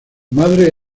madre